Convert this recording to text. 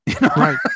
Right